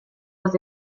was